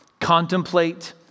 Contemplate